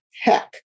heck